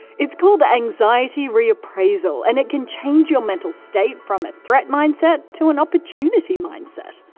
it's called ah anxiety reappraisal and it can change your mental state from a threat mindset to an opportunity mindset.